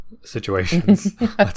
situations